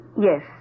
Yes